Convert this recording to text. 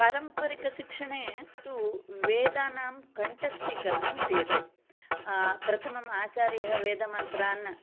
पारम्परिकशिक्षणे तु वेदानां कण्ठस्थीकरणं क्रीयते प्रथमम् आचार्यः वेदमन्त्रान्